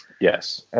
yes